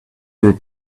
were